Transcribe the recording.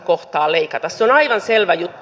se on aivan selvä juttu